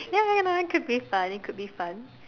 ya ya that could fun it could be fun